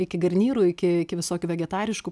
iki garnyrų iki iki visokių vegetariškų